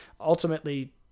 ultimately